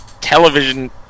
Television